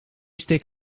stick